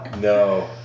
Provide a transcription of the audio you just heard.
no